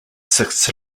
six